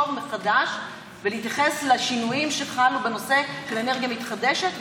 מחדש ולהתייחס לשינויים שחלו בנושא של אנרגיה מתחדשת,